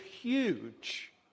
huge